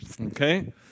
okay